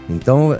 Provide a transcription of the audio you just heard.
Então